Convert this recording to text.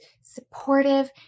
supportive